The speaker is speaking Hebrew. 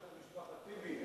והכול שייך למשפחת טיבי?